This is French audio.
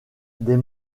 des